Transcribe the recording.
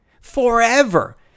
forever